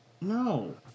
No